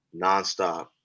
nonstop